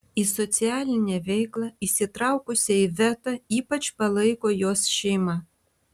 į socialinę veiklą įsitraukusią ivetą ypač palaiko jos šeima